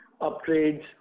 upgrades